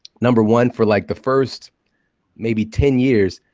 number one, for like the first maybe ten years,